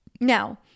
Now